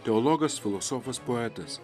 teologas filosofas poetas